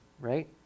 right